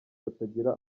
batagira